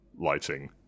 lighting